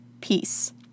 peace